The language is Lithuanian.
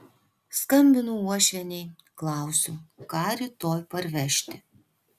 skambinu uošvienei klausiu ką rytoj parvežti